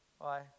bye